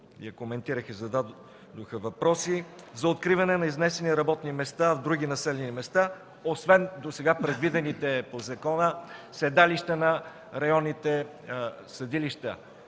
я коментираха, зададоха въпроси, за откриване на изнесени работни места в други населени места, освен досега предвидените по закона седалища на районните съдилища.